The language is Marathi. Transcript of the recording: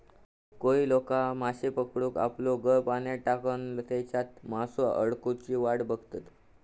कोळी लोका माश्ये पकडूक आपलो गळ पाण्यात टाकान तेच्यात मासो अडकुची वाट बघतत